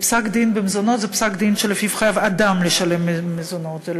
פסק-דין מזונות זה פסק-דין שלפיו אדם חייב לשלם מזונות.